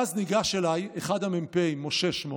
ואז ניגש אליי אחד המ"פים, משה שמו,